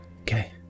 okay